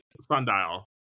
sundial